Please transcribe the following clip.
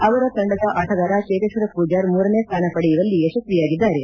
ಅವರ ತಂಡದ ಆಟಗಾರ ಚೇತೇಶ್ವರ ಪೂಜಾರ್ ಮೂರನೇ ಸ್ಟಾನ ಪಡೆಯುವಲ್ಲಿ ಯಶಸ್ತಿಯಾಗಿದ್ದಾರೆ